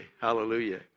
Hallelujah